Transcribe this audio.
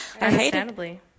Understandably